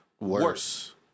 worse